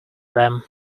them